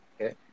Okay